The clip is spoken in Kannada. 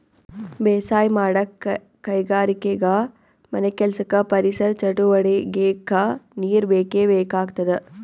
ಬೇಸಾಯ್ ಮಾಡಕ್ಕ್ ಕೈಗಾರಿಕೆಗಾ ಮನೆಕೆಲ್ಸಕ್ಕ ಪರಿಸರ್ ಚಟುವಟಿಗೆಕ್ಕಾ ನೀರ್ ಬೇಕೇ ಬೇಕಾಗ್ತದ